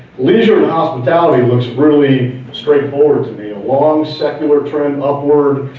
leisure and hospitality looks really straightforward to me. a long secular trend upward,